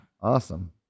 Awesome